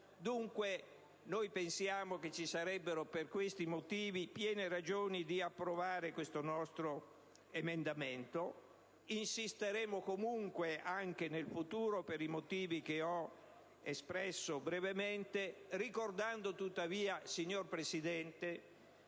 dunque che ci sarebbero per questi motivi piene ragioni di approvare questo nostro emendamento. Insisteremo comunque anche nel futuro, per i motivi che ho espresso brevemente, ricordando tuttavia, signor Presidente,